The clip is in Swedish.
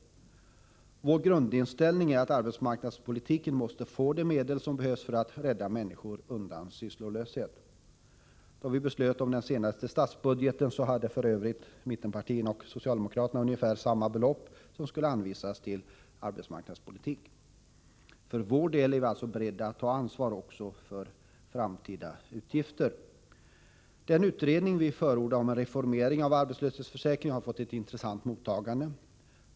Vår grundinställning är att arbetsmarknaden måste få de medel som behövs för att rädda människor undan sysslolöshet. När den senaste statsbudgeten fastställdes hade f.ö. mittenpartierna och socialdemokraterna anvisat ungefär samma belopp till arbetsmarknadspolitiken. Vi är alltså för vår del beredda att ta ansvar också för framtida utgifter. Den utredning som vi förordar om en reformering av arbetslöshetsförsäkringen har fått ett intressant mottagande.